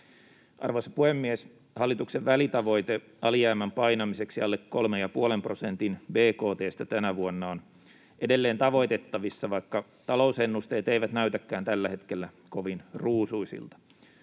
Arvoisa puhemies! Hallituksen välitavoite alijäämän painamiseksi alle kolmen ja puolen prosentin bkt:stä tänä vuonna on edelleen tavoitettavissa, vaikka talousennusteet eivät näytäkään tällä hetkellä kovin ruusuisilta.